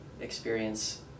experience